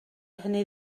hynny